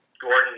Gordon –